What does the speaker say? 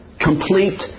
Complete